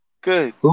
Good